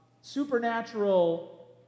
supernatural